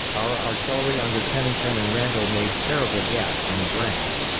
our artillery under pennington and randol made terrible gaps in his ranks.